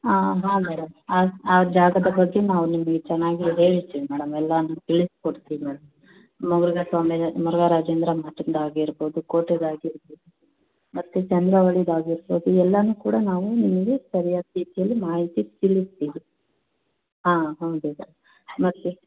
ಆಂ ಹಾಂ ಮೇಡಮ್ ಆ ಆ ಜಾಗದ ಬಗ್ಗೆ ನಾವು ನಿಮಗೆ ಚೆನ್ನಾಗಿ ಹೇಳ್ತೀವಿ ಮೇಡಮ್ ಎಲ್ಲಾನು ತಿಳಿಸ್ಕೊಡ್ತೀವಿ ಮೇಡಮ್ ಮುರುಘ ಸ್ವಾಮಿ ಮುರುಘ ರಾಜೇಂದ್ರ ಮಠದ್ದಾಗಿರ್ಬೋದು ಕೋಟೆದ್ದಾಗಿರ್ಬೋದು ಮತ್ತೆ ಚಂದ್ರವಳ್ಳಿದ್ದಾಗಿರ್ಬೋದು ಎಲ್ಲಾನು ಕೂಡ ನಾವು ನಿಮಗೆ ಸರಿಯಾದ ರೀತಿಯಲ್ಲಿ ಮಾಹಿತಿ ತಿಳಿಸ್ತೀವಿ ಹಾಂ ಹೌದೌದು ಮತ್ತು